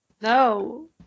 No